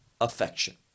affection